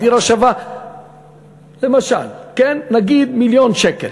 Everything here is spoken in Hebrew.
והדירה שווה למשל מיליון שקל,